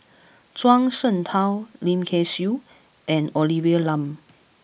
Zhuang Shengtao Lim Kay Siu and Olivia Lum